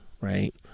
right